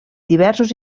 diversos